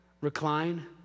Recline